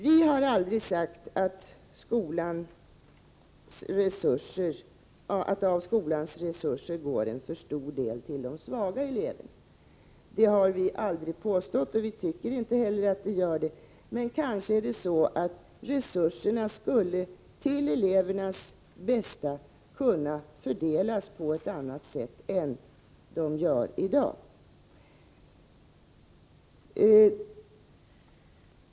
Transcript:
Vi har aldrig påstått att en för stor del av skolans resurser går till de svaga eleverna, och vi tycker inte heller att det gör det. Men kanske skulle resurserna till elevernas bästa kunna fördelas på ett annat sätt än i dag.